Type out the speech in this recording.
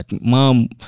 Mom